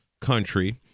country